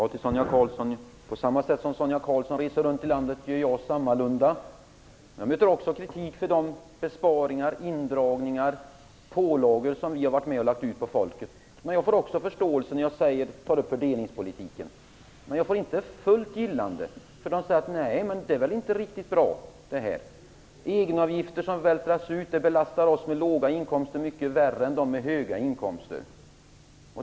Herr talman! På samma sätt som Sonia Karlsson reser runt i landet, gör jag sammalunda. Jag möter också kritik för de besparingar, indragningar och pålagor som vi har lagt ut på folket. Men jag får också förståelse när jag diskuterar fördelningspolitiken. Men när jag inte får fullt gillande säger de som lyssnar att det inte är riktigt bra. Egenavgifter som vältras ut belastar dem med låga inkomster värre än de med höga inkomster.